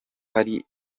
hakiri